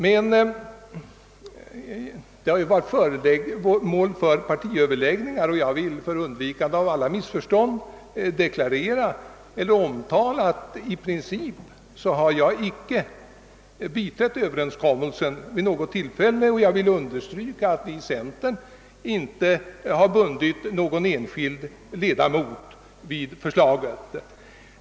Men det har varit föremål för partiöverläggningar, och jag vill för undvi kande av alla missförstånd omtala att i princip har jag icke biträtt överenskommelsen vid något tillfälle; och jag vill understryka att vi i centern inte har bundit någon enskild ledamot vid förslaget.